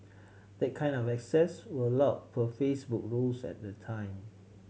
that kind of access were allowe per Facebook's rules at the time